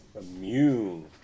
Immune